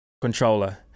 controller